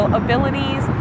abilities